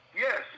yes